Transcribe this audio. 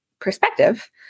perspective